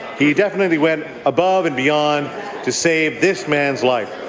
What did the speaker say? he definitely went above and beyond to save this man's life.